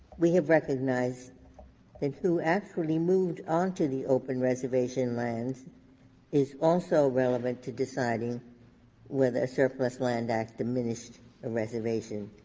we have recognized that who actually moved onto the open reservation lands is also relevant to deciding whether a surplus land act diminished a reservation.